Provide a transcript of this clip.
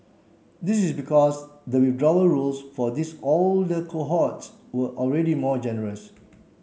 this is because the withdrawal rules for these older cohorts were already more generous